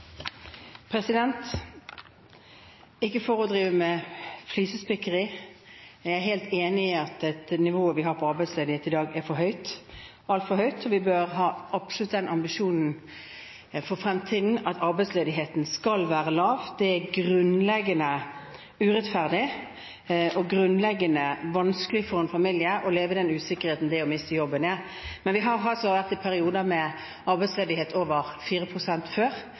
Ikke for å drive med flisespikkeri, men jeg er helt enig i at det nivået vi har på arbeidsledigheten i dag, er for høyt – altfor høyt – og vi bør for fremtiden absolutt ha ambisjon om at arbeidsledigheten skal være lav. Det er grunnleggende urettferdig og grunnleggende vanskelig for en familie å leve i den usikkerheten det å miste jobben er. Vi har i perioder hatt arbeidsledighet på over 4 pst. før.